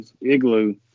Igloo